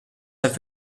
have